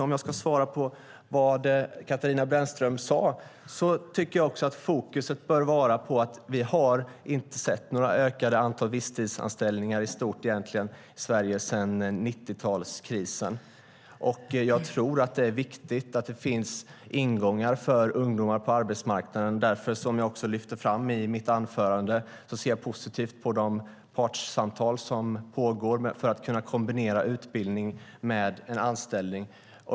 Om jag ska svara på vad Katarina Brännström sade tycker jag att fokus bör vara på att vi egentligen inte har sett några ökade antal visstidsanställningar i stort i Sverige sedan 90-talskrisen. Jag tror att det är viktigt att det finns ingångar för ungdomar på arbetsmarknaden. Som jag också lyfte fram i mitt anförande ser jag därför positivt på de partssamtal som pågår för att kunna kombinera utbildning med en anställning.